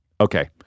Okay